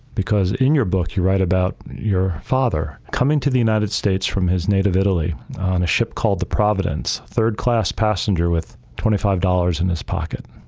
because in your book, you write about your father coming to the united states from his native italy on a ship called the providence third class passenger with twenty five dollars in this pocket.